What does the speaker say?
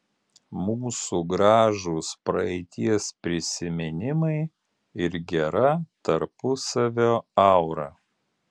mūsų gražūs praeities prisiminimai ir gera tarpusavio aura